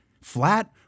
flat